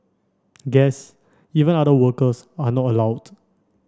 guests even other workers are not allowed